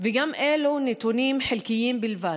וגם אלו נתונים חלקיים בלבד,